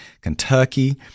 Kentucky